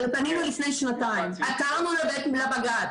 הרי פנינו לפני שנתיים, עתרנו לבג"ץ.